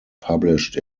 published